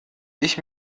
ich